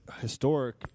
historic